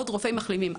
גם עוד רופאי מחלימים.